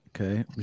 Okay